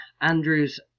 Andrews